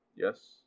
Yes